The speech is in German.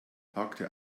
hakte